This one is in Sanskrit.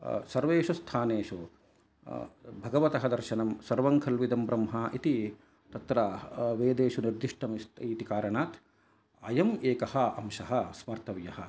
सर्वषु स्थानेषु भगवतः दर्शनं सर्वं खल्विदं ब्रह्मा इति तत्र वेदेषु निर्दिष्टम् अस्ति इति कारणात् अयं एकः अंशः स्मर्तव्यः